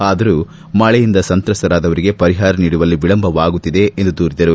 ಆದರೂ ಮಳೆಯಿಂದ ಸಂತ್ರಸ್ತರಾದವರಿಗೆ ಪರಿಹಾರ ನೀಡುವಲ್ಲಿ ವಿಳಂಬವಾಗುತ್ತಿದೆ ಎಂದು ದೂರಿದರು